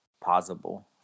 possible